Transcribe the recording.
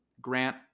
Grant